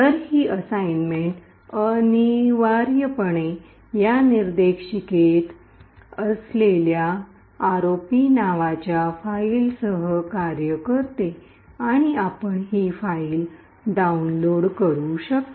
तर ही असाइनमेंट अनिवार्यपणे या निर्देशिकेत डायरेक्टोरी directory असलेल्या आरओपी नावाच्या फाईलसह कार्य करते आणि आपण ही फाईल डाउनलोड करू शकता